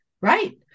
right